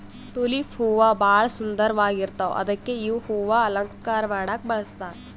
tulip ಹೂವಾ ಭಾಳ್ ಸುಂದರ್ವಾಗ್ ಇರ್ತವ್ ಅದಕ್ಕೆ ಇವ್ ಹೂವಾ ಅಲಂಕಾರ್ ಮಾಡಕ್ಕ್ ಬಳಸ್ತಾರ್